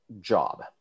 job